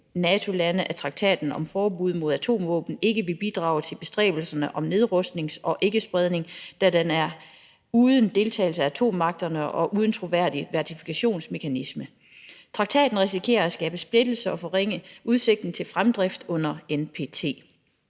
at traktaten om forbud mod atomvåben ikke vil bidrage til bestræbelserne om nedrustning og ikkespredning, da den er uden deltagelse af atommagterne og uden troværdig verifikationsmekanisme. Traktaten risikerer at skabe splittelse og forringe udsigten til fremdrift under NPT.